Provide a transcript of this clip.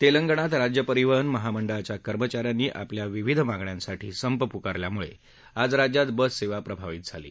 तेलंगणात राज्यपरिवहन महामंडळाच्या कर्मचा यांनी आपल्या विविध मागण्यांसाठी संप पुकारल्यामुळं आज राज्यात बस सेवा प्रभावित झाली आहे